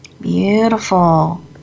Beautiful